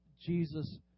Jesus